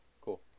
Cool